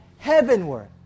heavenward